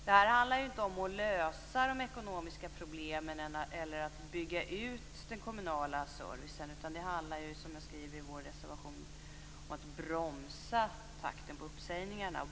Det handlar inte om att lösa de ekonomiska problemen eller att bygga ut den kommunala servicen utan, som vi skriver i vår reservation, om att bromsa takten på uppsägningarna.